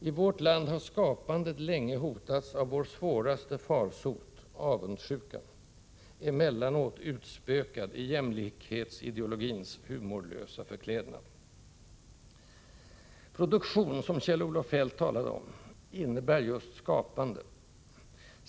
I vårt land har skapandet länge hotats av vår svåraste farsot — avundsjukan, emellanåt utspökad i jämlikhetsideologins humorlösa förklädnad. Produktion, som Kjell-Olof Feldt talade om, innebär just skapande.